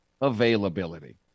availability